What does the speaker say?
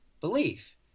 Belief